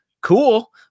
cool